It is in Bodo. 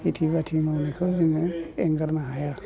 खेथि बाथि मावनायखौ जोङो एंगारनो हाया